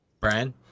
Brian